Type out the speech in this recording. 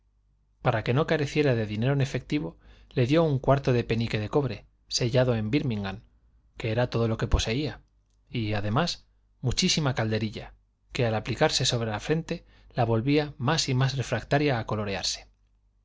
para que no careciera de dinero en efectivo le dió un cuarto de penique de cobre sellado en bírmingham que era todo lo que poseía y además muchísima calderilla que al aplicarse sobre la frente la volvía más y más refractaria a colorearse